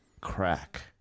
crack